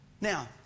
now